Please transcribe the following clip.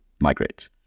migrate